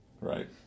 Right